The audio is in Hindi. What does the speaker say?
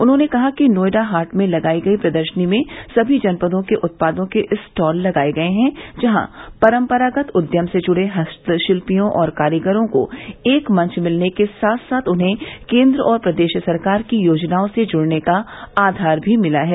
उन्होंने कहा कि नोएडा हाट में लगाई गई प्रदर्शनी में सभी जनपदों के उत्पादों के स्टॉल लगाये गये हैं जहां परम्परागत उद्यम से जुड़े हस्तशित्पियों और कारीगरों को एक मंच मिलने के साथ साथ उन्हें केन्द्र और प्रदेश सरकार की योजनाओं से जुड़ने का आधार भी मिला है